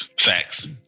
Facts